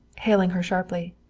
hailing her sharply.